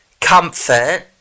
comfort